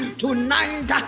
tonight